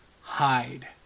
hide